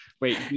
wait